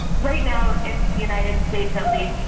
right now, in the united states at least,